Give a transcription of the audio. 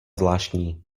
zvláštní